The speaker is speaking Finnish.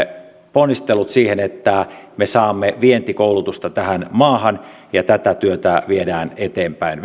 ponnistelut siihen että me saamme vientikoulutusta tähän maahan ja tätä työtä viedään eteenpäin